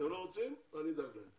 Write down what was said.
אתם לא רוצים, אני אדאג להם.